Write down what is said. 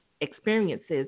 experiences